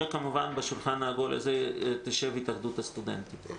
וכמובן בשולחן העגול הזה תשב גם התאחדות הסטודנטים.